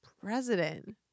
president